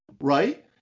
right